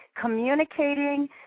communicating